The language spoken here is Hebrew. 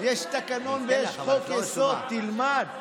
יש תקנון ויש חוק-יסוד, תלמד.